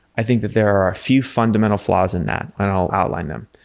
i think that there are a few fundamental flaws in that, and i'll outline them.